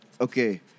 okay